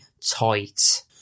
tight